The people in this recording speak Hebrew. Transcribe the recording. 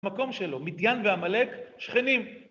מקום שלו, מדין ועמלק, שכנים.